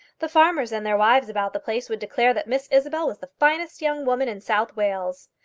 the farmers and their wives about the place would declare that miss isabel was the finest young woman in south wales.